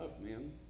man